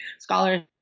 scholars